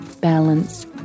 balance